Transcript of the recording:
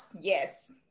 Yes